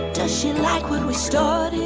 does she like where we started?